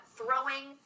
throwing